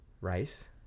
rice